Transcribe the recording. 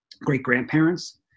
great-grandparents